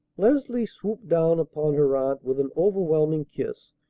leslie swooped down upon her aunt with an overwhelming kiss,